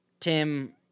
Tim